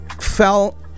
fell